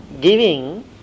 giving